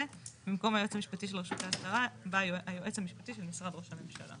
במקום היועץ המשפטי של רשות להסדרה בא היועץ המשפטי של משרד ראש הממשלה.